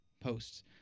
posts